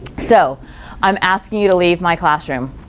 so i'm asking you to leave my classroom,